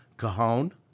Cajon